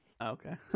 Okay